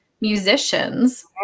musicians